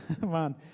Man